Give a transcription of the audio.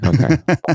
okay